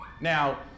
Now